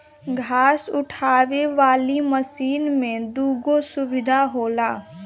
घास उठावे वाली मशीन में दूगो सुविधा होला